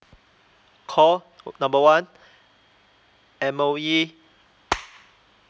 call number one M_O_E